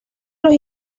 los